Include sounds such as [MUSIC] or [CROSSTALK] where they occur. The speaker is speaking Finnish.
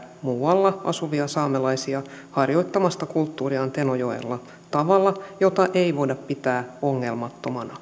muualla asuvia saamelaisia harjoittamasta kulttuuriaan tenojoella tavalla jota ei voida [UNINTELLIGIBLE] pitää ongelmattomana